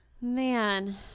Man